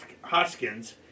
Hoskins